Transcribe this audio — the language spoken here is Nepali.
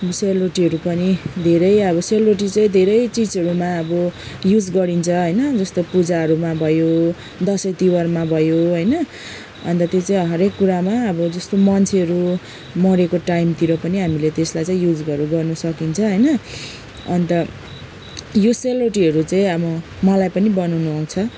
सेल रोटीहरू पनि धेरै अब सेल रोटी चाहिँ धेरै चिजहरूमा अब युज गरिन्छ होइन जस्तो पूजाहरूमा भयो दसैँ तिहारमा भयो होइन अन्त त्यो चाहिँ हरेक कुरामा अब मान्छेहरू मरेको टाइमतिर पनि हामीले त्यसलाई चाहिँ युजहरू गर्नु सकिन्छ होइन अन्त यो सेल रोटीहरू चाहिँ अब मलाई पनि बनाउनु आउँछ